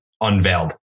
unveiled